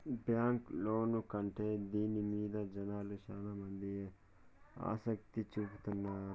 bank loan కంటే దీని మీద జనాలు శ్యానా మంది ఆసక్తి చూపుతున్నారు